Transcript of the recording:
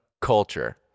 culture